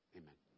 amen